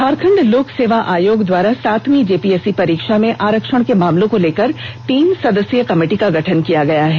झारखंड लोक सेवा आयोग द्वारा सातवीं जेपीएससी परीक्षा में आरक्षण के मामलों को लेकर तीन सदस्यीय कमिटी का गठन किया गया है